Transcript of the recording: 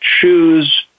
choose